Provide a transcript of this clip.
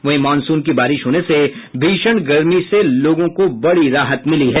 वहीं मानसून की बारिश होने से भीषण गर्मी से लोगों को बड़ी राहत मिली है